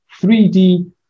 3D